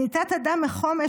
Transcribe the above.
אני תת-אדם מחומש,